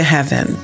Heaven